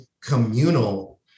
communal